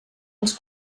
els